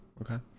okay